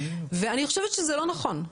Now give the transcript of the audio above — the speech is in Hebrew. אני חושבת שזה לא נכון.